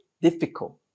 difficult